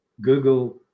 google